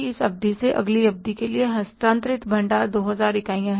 इस अवधि से अगली अवधि के लिए हस्तांतरित भंडार 2000 इकाइयाँ हैं